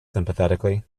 sympathetically